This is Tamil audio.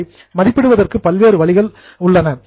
அதை எஸ்டிமடிங் மதிப்பிடுவதற்கு பல்வேறு வழிகள் உள்ளன